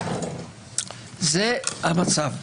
זה המצב.